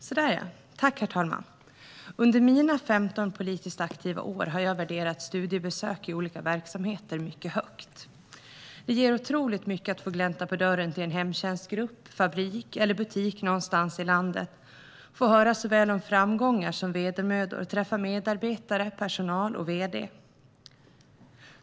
Herr talman! Under mina 15 politiskt aktiva år har jag värderat studiebesök i olika verksamheter mycket högt. Det ger otroligt mycket att få glänta på dörren till en hemtjänstgrupp, fabrik eller butik någonstans i landet, träffa medarbetare, personalchef och vd och få höra om såväl framgångar som vedermödor.